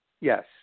yes